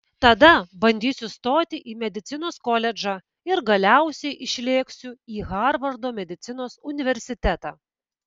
tada bandysiu stoti į medicinos koledžą ir galiausiai išlėksiu į harvardo medicinos universitetą